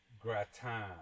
gratin